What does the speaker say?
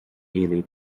early